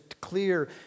clear